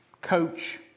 coach